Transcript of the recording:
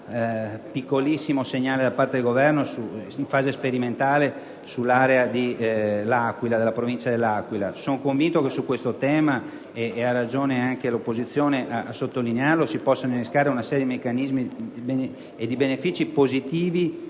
un piccolissimo segnale da parte del Governo in fase sperimentale sull'area della provincia dell'Aquila. Sono convinto che su questo tema ‑ ha ragione anche l'opposizione a sottolinearlo ‑ si possa innescare una serie di meccanismi e benefici positivi,